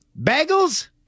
Bagels